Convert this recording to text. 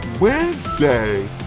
Wednesday